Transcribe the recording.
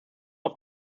auf